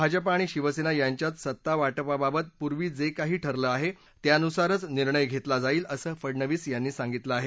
भाजपा आणि शिवसेना यांच्यात सत्तावाटपाबाबत पूर्वी जे काही ठरलं आहे त्यानुसारच निर्णय घेतला जाईल असं फडनवीस यांनी सांगितलं आहे